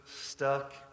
stuck